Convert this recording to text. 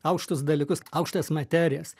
aukštus dalykus aukštas materijas